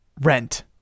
rent